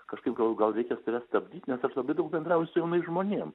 kažkaip galvoju gal reikia save stabdyt nes aš labai daug bendrauju su jaunais žmonėm